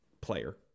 player